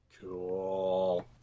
Cool